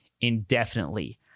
indefinitely